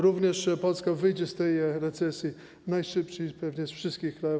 Również Polska wyjdzie z tej recesji najszybciej pewnie ze wszystkich krajów.